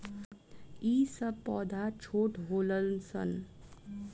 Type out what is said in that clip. ई सब पौधा छोट होलन सन